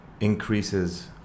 increases